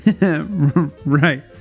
Right